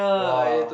!wah!